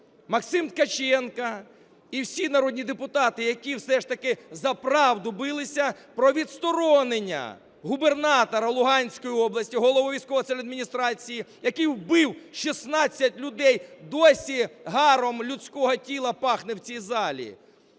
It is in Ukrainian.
Максим Ткаченко і всі народні депутати, які все ж таки за правду билися, про відсторонення губернатора Луганської області, голови військово-цивільної адміністрації, який вбив 16 людей. Досі гаром людського тіла пахне в цій залі.